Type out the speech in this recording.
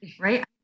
Right